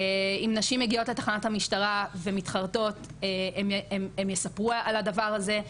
אם נשים מגיעות לתחנת המשטרה ומתחרטות הן יספרו על הדבר הזה,